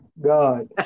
God